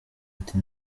ati